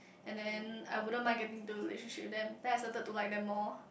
and then I wouldn't mind getting into relationship with them then I started to like them more